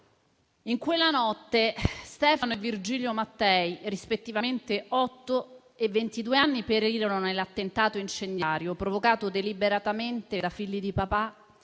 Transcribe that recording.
in quella notte Stefano e Virgilio Mattei, rispettivamente di otto e ventidue anni, perirono nell'attentato incendiario provocato deliberatamente da figli di papà